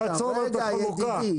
תעצור רגע ידידי,